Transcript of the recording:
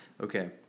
Okay